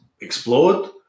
explode